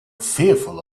fearful